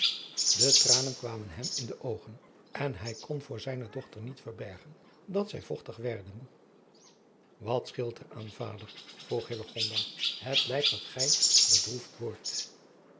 de tranen kwamen hem in de oogen en hij kon voor zijne dochter niet verbergen dat zij vochtig werden wat scheelt er aan vader vroeg hillegonda het lijkt dat gij bedroefd wordt